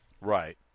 Right